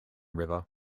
river